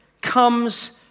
comes